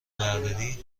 برداری